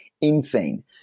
insane